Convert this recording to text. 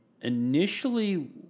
Initially